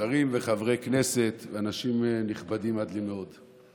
שרים וחברי כנסת ואנשים נכבדים עד מאוד,